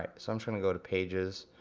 like so i'm trying to go to pages,